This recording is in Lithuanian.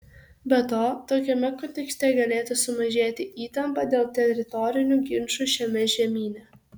be to tokiame kontekste galėtų sumažėti įtampa dėl teritorinių ginčų šiame žemyne